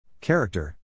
Character